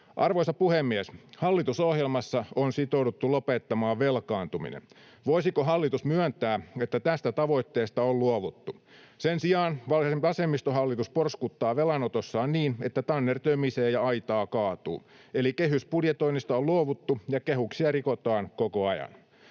Arvoisa puhemies! Hallitusohjelmassa on sitouduttu lopettamaan velkaantuminen. Voisiko hallitus myöntää, että tästä tavoitteesta on luovuttu? Sen sijaan vasemmistohallitus porskuttaa velanotossaan niin, että tanner tömisee ja aitaa kaatuu, eli kehysbudjetoinnista on luovuttu, ja kehyksiä rikotaan koko ajan.